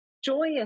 joyous